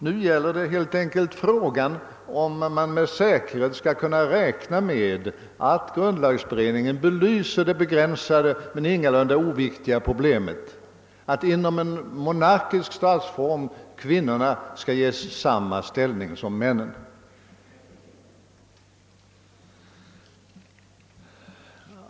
Nu gäl ler det helt enkelt frågan om huruvida man med säkerhet skall kunna räkna med att grundlagberedningen belyser det begränsade men ingalunda oviktiga problemet att inom en monarkisk statsform kvinnorna skall ges samma ställning som männen.